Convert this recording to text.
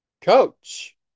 Coach